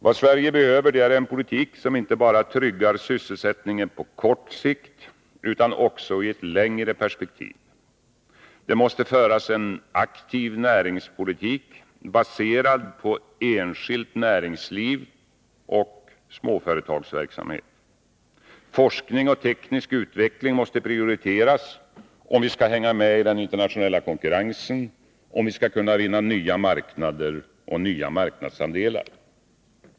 Vad Sverige behöver är en politik som tryggar sysselsättningen inte bara på kort sikt utan också i ett längre perspektiv. Det måste föras en aktiv näringspolitik baserad på enskilt näringsliv och småföretagsverksamhet. Forskning och teknisk utveckling måste prioriteras, om vi skall hänga med i den internationella konkurrensen och om vi skall kunna vinna nya marknader och nya marknadsandelar.